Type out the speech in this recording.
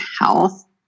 health